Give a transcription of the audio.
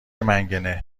منگنه